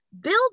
build